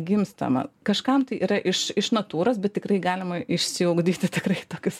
gimstama kažkam tai yra iš natūros bet tikrai galima išsiugdyti tikrai tokius